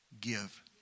give